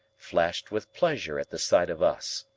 flushed with pleasure at the sight of us.